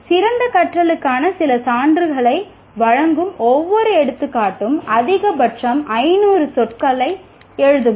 சிறந்த கற்றலுக்கான சில சான்றுகளை வழங்கும் ஒவ்வொரு எடுத்துக்காட்டுக்கும் அதிகபட்சம் 500 சொற்களை எழுதுங்கள்